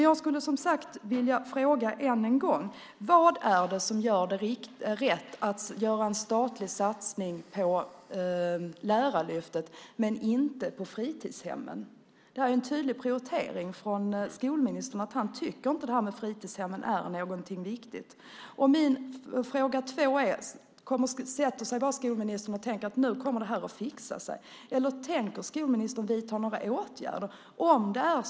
Jag skulle vilja fråga än en gång: Vad är det som gör det rätt att göra en statlig satsning på Lärarlyftet men inte på fritidshemmen? Det är en tydlig prioritering från skolministern, att han inte tycker att det här med fritidshemmen är något viktigt. Och fråga två är: Sätter sig skolministern bara och tänker att nu kommer det här att fixa sig eller tänker skolministern vidta några åtgärder?